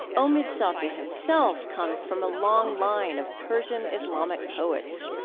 omid safi himself comes from a long line of persian islamic poets.